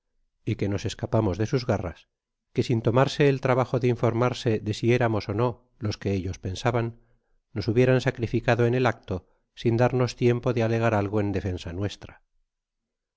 y que nos escapamos de sus garras que sin tomarse el trabajo de informarse de si éramos ó no los que ellos pensaban nos hubieran sacrificado en el acto sin darnos tiempo de alegar algo en defensa nuestra